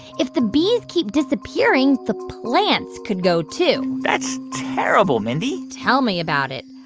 if the bees keep disappearing, the plants could go, too that's terrible, mindy tell me about it.